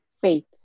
faith